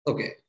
Okay